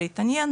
להתעניין,